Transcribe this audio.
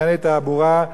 בענייני תעבורה,